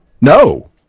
no